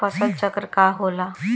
फसल चक्र का होला?